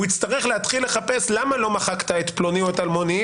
הוא יצטרך להתחיל לחפש למה לא מחקת את פלוני או את אלמוני,